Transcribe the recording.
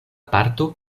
parto